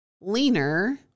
leaner